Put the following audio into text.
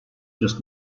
just